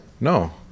No